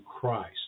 Christ